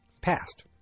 past